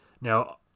now